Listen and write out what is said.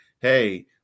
hey